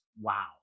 wow